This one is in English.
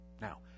Now